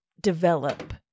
develop